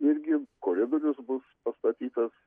irgi koridorius bus pastatytas